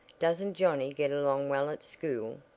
doesn't johnnie get along well at school?